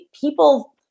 people